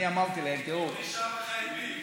אני אמרתי להם: תראו, לא נשאר לך עם מי.